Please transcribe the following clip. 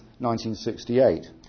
1968